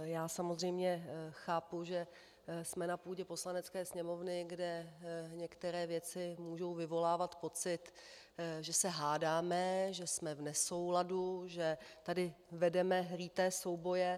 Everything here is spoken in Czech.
Já samozřejmě chápu, že jsme na půdě Poslanecké sněmovny, kde některé věci mohou vyvolávat pocit, že se hádáme, že jsme v nesouladu, že tady vedeme líté souboje.